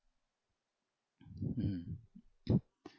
mm